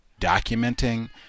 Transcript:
documenting